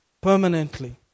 permanently